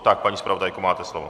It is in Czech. Tak, paní zpravodajko, máte slovo.